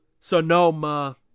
Sonoma